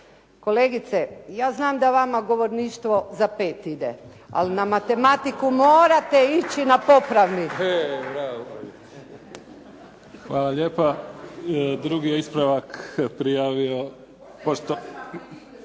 Kolegice, ja znam da vama govorništvo za pet ide, ali na matematiku morate ići na popravni.